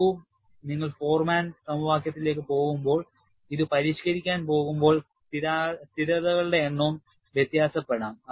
നോക്കൂ നിങ്ങൾ ഫോർമാൻ സമവാക്യത്തിലേക്ക് പോകുമ്പോൾ ഇത് പരിഷ്ക്കരിക്കാൻ പോകുമ്പോൾ സ്ഥിരതകളുടെ എണ്ണവും വ്യത്യാസപ്പെടാം